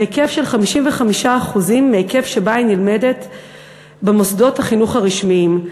בהיקף של 55% מההיקף שבה היא נלמדת במוסדות החינוך הרשמיים.